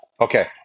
okay